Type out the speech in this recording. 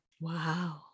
Wow